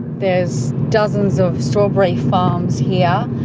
there's dozens of strawberry farms here,